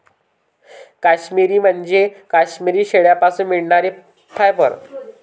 काश्मिरी म्हणजे काश्मिरी शेळ्यांपासून मिळणारे फायबर